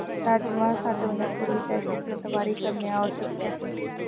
राजमा साठवण्यापूर्वी त्याची प्रतवारी करणे आवश्यक आहे